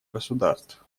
государств